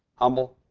humble.